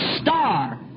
Star